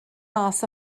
mas